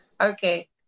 okay